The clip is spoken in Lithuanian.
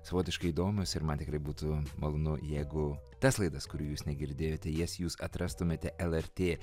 savotiškai įdomios ir man tikrai būtų malonu jeigu tas laidas kurių jūs negirdėjote jas jūs atrastumėte lrt